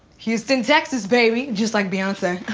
houston, texas baby. just like beyonce,